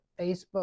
facebook